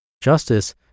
Justice